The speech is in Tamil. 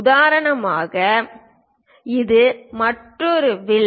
உதாரணமாக இது மற்றொரு வில்